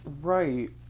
right